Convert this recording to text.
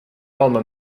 alma